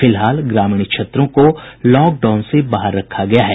फिलहाल ग्रामीण क्षेत्रों को लॉक डाउन से बाहर रखा गया है